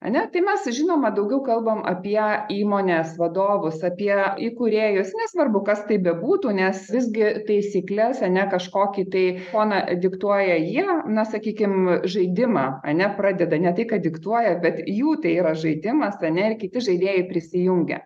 ar ne tai mes žinoma daugiau kalbam apie įmonės vadovus apie įkūrėjus nesvarbu kas tai bebūtų nes visgi taisykles ar ne kažkokį tai foną diktuoja jie na sakykim žaidimą ar ne pradeda ne tai kad diktuoja bet jų tai yra žaidimas ar ne ir kiti žaidėjai prisijungia